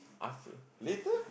af~ later